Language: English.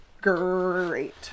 Great